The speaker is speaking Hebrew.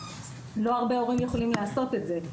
לא הרבה הורים יכולים לעשות את זה.